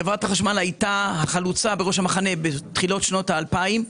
חברת החשמל הייתה החלוצה בראש המחנה בתחילת שנות ה-2000,